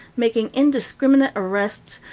making indiscriminate arrests,